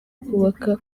kubaka